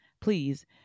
please